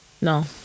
no